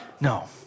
no